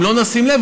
אם לא נשים לב,